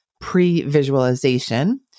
pre-visualization